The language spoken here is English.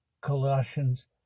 Colossians